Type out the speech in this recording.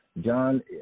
John